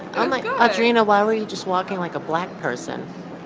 um like ah audrina, why were you just walking like a black person?